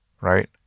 right